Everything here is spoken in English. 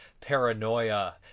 paranoia